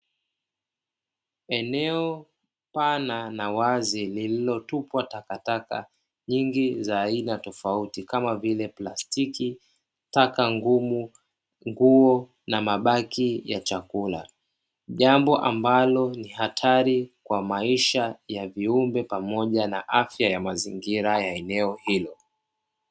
Eneo pana na wazi lililotupwa takataka nyingi za aina tofauti kama vile plastiki, taka ngumu, nguo na mabaki ya chakula jambo ambalo ni hatari kwa maisha ya viumbe pamoja na afya ya mazingira ya eneo hilo.